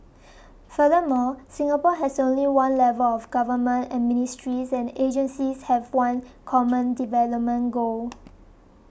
furthermore Singapore has only one level of government and ministries and agencies have one common development goal